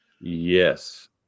Yes